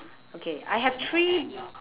okay I have three